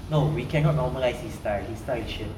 no we cannot normalise his style his style is shit